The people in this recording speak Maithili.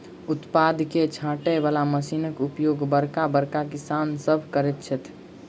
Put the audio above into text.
उत्पाद के छाँटय बला मशीनक उपयोग बड़का बड़का किसान सभ करैत छथि